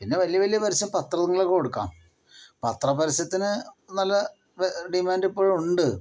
പിന്നെ വലിയ വലിയ പരസ്യം പത്രങ്ങളിലൊക്കെ കൊടുക്കാം പത്ര പരസ്യത്തിന് നല്ല ഡിമാൻഡ് ഇപ്പോഴുണ്ട്